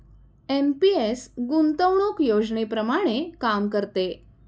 NPS गुंतवणूक योजनेप्रमाणे काम करते